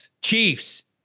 chiefs